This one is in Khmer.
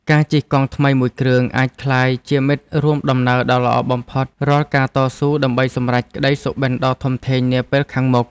ការជិះកង់ថ្មីមួយគ្រឿងអាចក្លាយជាមិត្តរួមដំណើរដ៏ល្អបំផុតរាល់ការតស៊ូដើម្បីសម្រេចក្ដីសុបិនដ៏ធំធេងនាពេលខាងមុខនេះ។